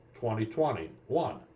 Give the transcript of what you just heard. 2021